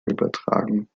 übertragen